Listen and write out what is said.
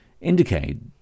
indicate